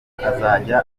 azajya